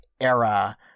era